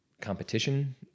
competition